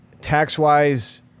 Tax-wise